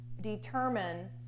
determine